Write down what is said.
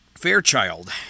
Fairchild